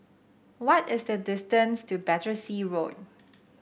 what is the distance to Battersea Road